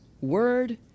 word